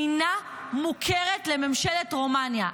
אינה מוכרת לממשלת רומניה.